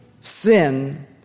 sin